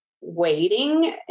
waiting